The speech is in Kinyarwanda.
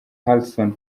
harrison